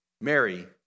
Mary